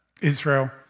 Israel